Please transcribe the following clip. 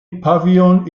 pavilion